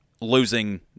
losing